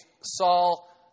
Saul